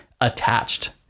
attached